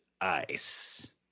ice